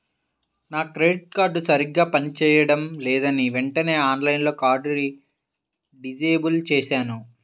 నా credit card సరిగ్గా పని చేయడం లేదని వెంటనే ఆన్లైన్లో కార్డుని డిజేబుల్ చేశాను